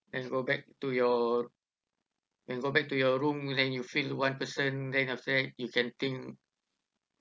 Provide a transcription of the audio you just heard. and go back to your and go back to your room then you feel one person then after that you can think